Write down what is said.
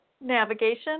Navigation